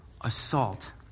assault